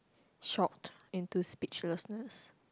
shock into speechlessness